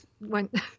went